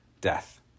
death